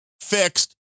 fixed